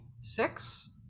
Six